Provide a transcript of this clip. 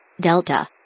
Delta